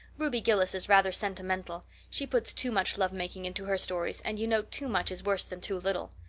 ruby gillis is rather sentimental. she puts too much lovemaking into her stories and you know too much is worse than too little.